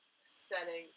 setting